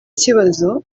ikibazo